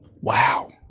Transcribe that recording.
Wow